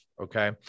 okay